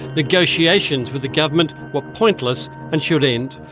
negotiations with the government were pointless and should end.